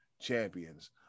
champions